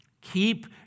Keep